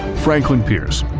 franklin pierce